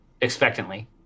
expectantly